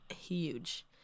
huge